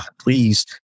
please